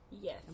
Yes